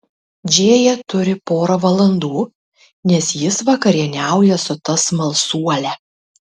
džėja turi porą valandų nes jis vakarieniauja su ta smalsuole